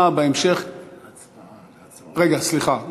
לחידושה בהמשך, רגע, סליחה.